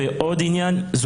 ועוד עניין.